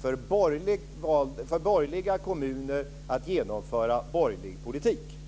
för borgerliga kommuner vid genomförandet av borgerlig politik.